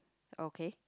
okay